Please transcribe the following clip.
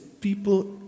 people